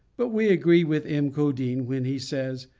but we agree with m. codine when he says,